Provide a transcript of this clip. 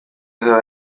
izaba